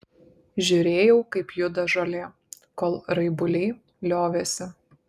žiūrėjau kaip juda žolė kol raibuliai liovėsi